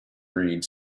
read